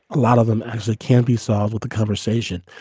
a lot of them actually can't be solved with a conversation.